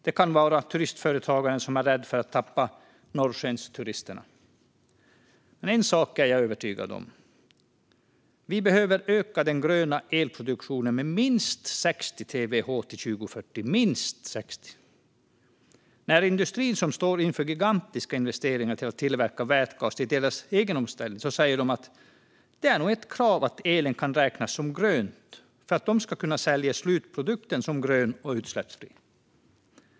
Det kan vara turistföretagaren som är rädd att tappa norrskensturisterna. Men en sak är jag övertygad om. Vi behöver öka den gröna elproduktionen med minst 60 terawattimmar till 2040. Industrin, som står inför gigantiska investeringar för att tillverka vätgas till deras omställning, säger att det nog är ett krav att elen kan räknas som grön för att de ska kunna sälja slutprodukten som grön och utsläppsfri.